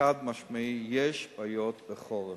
חד-משמעית יש בעיות בחורף.